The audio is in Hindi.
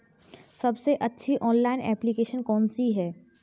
सबसे अच्छी ऑनलाइन एप्लीकेशन कौन सी है?